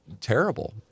terrible